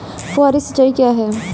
फुहारी सिंचाई क्या है?